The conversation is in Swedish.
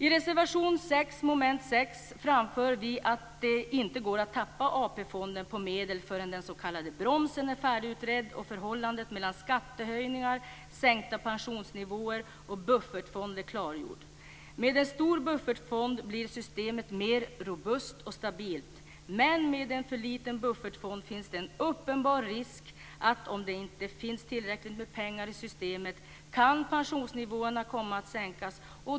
I reservation 6 under mom. 6 framför vi att det inte går att tappa AP-fonderna på medel förrän den s.k. bromsen är färdigutredd och förhållandet mellan skattehöjningar, sänkta pensionsnivåer och buffertfond är klargjort. Med en stor buffertfond blir systemet mer robust och stabilt. Men med en för liten buffertfond finns det en uppenbar risk, om det inte finns tillräckligt med pengar i systemet, att pensionsnivåerna kan komma att sänkas.